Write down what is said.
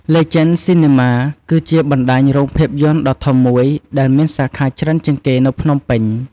លេជេន ស៊ីនីម៉ា គឺជាបណ្ដាញរោងភាពយន្តដ៏ធំមួយដែលមានសាខាច្រើនជាងគេនៅភ្នំពេញ។